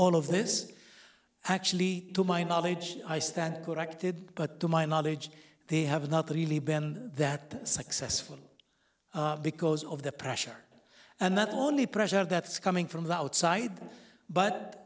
all of this actually to my knowledge i stand corrected but to my knowledge they have not really been that successful because of the pressure and not only pressure that's coming from the outside but